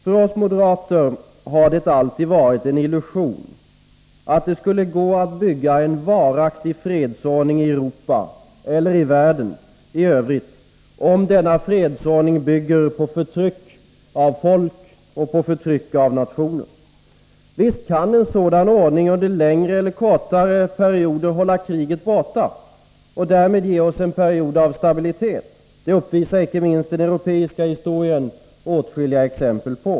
För oss moderater har det alltid varit en illusion, att det skulle gå att bygga en varaktig fredsordning i Europa eller i världen i övrigt om denna fredsordning bygger på förtryck av folk eller av nationer. Visst kan en sådan ordning under längre eller kortare tid hålla kriget borta och därmed ge oss en period av stabilitet. Det uppvisar icke minst den europeiska historien åtskilliga exempel på.